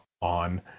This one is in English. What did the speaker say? On